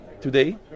today